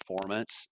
performance